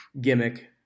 gimmick